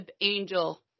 angel